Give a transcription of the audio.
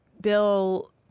Bill